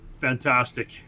fantastic